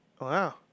Wow